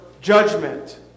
judgment